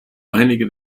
einige